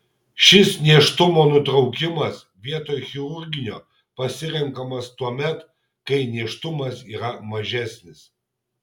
šis nėštumo nutraukimas vietoj chirurginio pasirenkamas tuomet kai nėštumas yra mažesnis